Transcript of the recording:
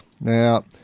Now